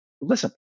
Listen